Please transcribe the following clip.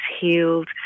healed